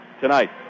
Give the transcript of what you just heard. tonight